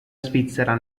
svizzera